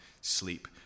sleep